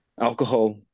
alcohol